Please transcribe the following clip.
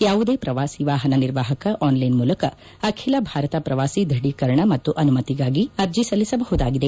ಯಾವುದೇ ಪ್ರವಾಸಿ ವಾಹನ ನಿರ್ವಹಕ ಆನ್ಲೈನ್ ಮೂಲಕ ಅಖಿಲ ಭಾರತ ಪ್ರವಾಸಿ ದ್ವಢೀಕರಣ ಮತ್ತು ಅನುಮತಿಗಾಗಿ ಅರ್ಜಿ ಸಲ್ಲಿಸಬಹುದಾಗಿದೆ